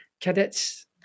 Cadets